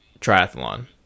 triathlon